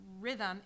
rhythm